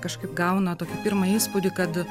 kažkaip gauna tokį pirmą įspūdį kad